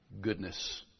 goodness